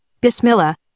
Bismillah